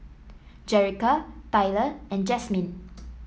Jerica Tyler and Jasmyne